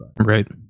Right